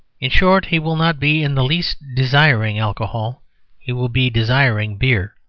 in short, he will not be in the least desiring alcohol he will be desiring beer.